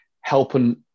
helping